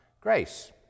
grace